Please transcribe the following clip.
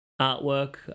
artwork